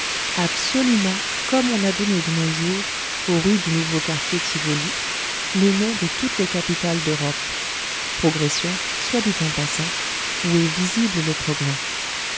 absolument comme on a donné de nos jours aux rues du nouveau quartier tivoli les noms de toutes les capitales d'europe progression soit dit en passant où est visible le progrès